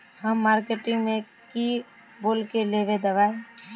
हम मार्किट में की बोल के लेबे दवाई?